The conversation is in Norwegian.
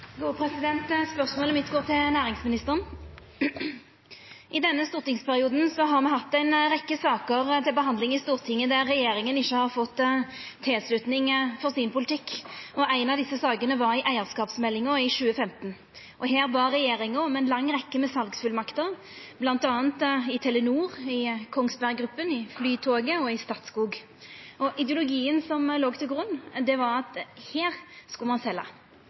Spørsmålet mitt går til næringsministeren. I denne stortingsperioden har me hatt ei rekkje saker til behandling i Stortinget der regjeringa ikkje har fått tilslutning for sin politikk, og ei av desse sakene var i eigarskapsmeldinga i 2015. Her bad regjeringa om ei lang rekkje med salsfullmakter bl.a. i Telenor, i Kongsberg Gruppen, i Flytoget og i Statskog. Ideologien som låg til grunn, var at her skulle ein selja.